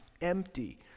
empty